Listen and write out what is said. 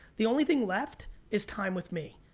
the only thing left is time with me.